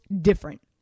different